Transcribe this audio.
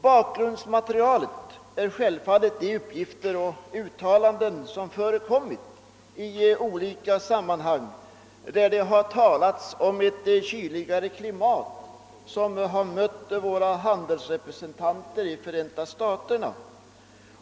Bakgrundsmaterialet till frågan är självfallet de uppgifter och uttalanden som förekommit i olika sammanhang och i vilka det har talats om det kyligare klimat som mött våra handelsrepresentanter i Förenta staterna.